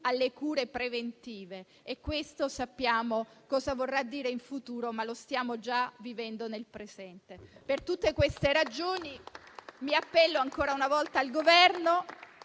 alle cure preventive: questo sappiamo cosa vorrà dire in futuro, ma lo stiamo già vivendo nel presente. Per tutte queste ragioni, mi appello ancora una volta al Governo.